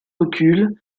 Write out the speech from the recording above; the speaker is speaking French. recul